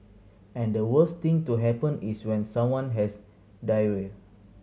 and the worst thing to happen is when someone has diarrhoea